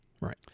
Right